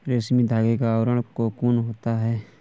रेशमी धागे का आवरण कोकून होता है